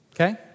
Okay